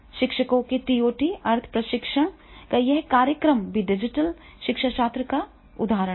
शिक्षकों के टीओटी अर्थ प्रशिक्षण का यह कार्यक्रम भी डिजिटल शिक्षाशास्त्र का एक उदाहरण है